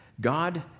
God